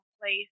place